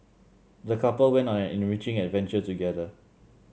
the couple went on an enriching adventure together